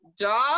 job